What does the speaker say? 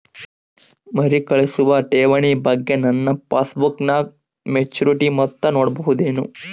ಮರುಕಳಿಸುವ ಠೇವಣಿ ಬಗ್ಗೆ ನನ್ನ ಪಾಸ್ಬುಕ್ ನಾಗ ಮೆಚ್ಯೂರಿಟಿ ಮೊತ್ತ ನೋಡಬಹುದೆನು?